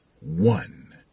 one